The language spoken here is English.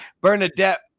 bernadette